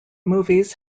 movies